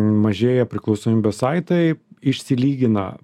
mažėja priklausomybės saitai išsilygina